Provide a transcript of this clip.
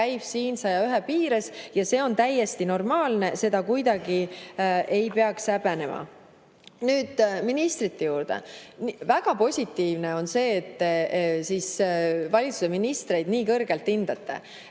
käib siin 101 piires ja see on täiesti normaalne, seda kuidagi ei peaks häbenema. Nüüd ministrite juurde. Väga positiivne on see, et valitsuse ministreid nii kõrgelt hindate.